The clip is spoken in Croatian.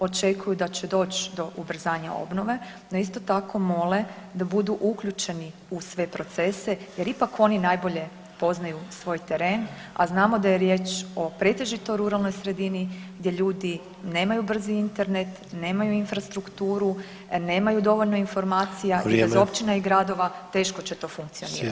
Očekuju da će doći do ubrzanja obnove, no isto tako mole da budu uključeni u sve procese jer ipak oni najbolje poznaju svoj teren a znamo da je riječ o pretežito ruralnoj sredini gdje ljudi nemaju brzi Internet, nemaju infrastrukturu, nemaju dovoljno informacija [[Upadica Sanader: Vrijeme.]] i bez općina i gradova teško će to funkcionirati.